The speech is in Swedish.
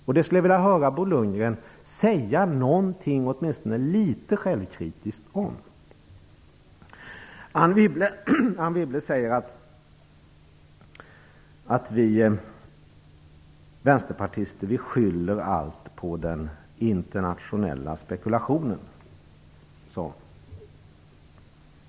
Jag skulle vilja höra Bo Lundgren säga någonting åtminstone litet självkritiskt om detta. Anne Wibble säger att vi vänsterpartister skyller allt på den internationella spekulationen.